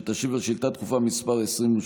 שתשיב על שאילתה דחופה מס' 22,